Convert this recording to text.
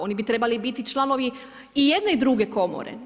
Oni bi trebali biti članovi i jedne i druge komore.